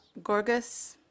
Gorgas